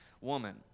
woman